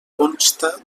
consta